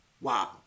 Wow